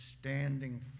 standing